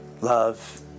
love